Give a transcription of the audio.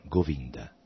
Govinda